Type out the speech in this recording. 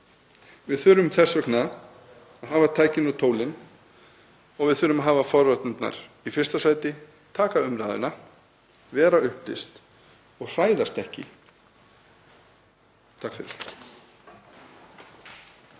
Við þurfum þess vegna að hafa tækin og tólin og við þurfum að hafa forvarnirnar í fyrsta sæti, taka umræðuna, vera upplýst og hræðast ekki. SPEECH_END